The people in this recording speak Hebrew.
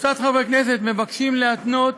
קבוצת חברי כנסת מבקשים להתנות